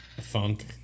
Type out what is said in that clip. funk